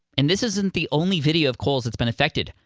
and this isn't the only video of cole's that's been affected.